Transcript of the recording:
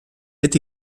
est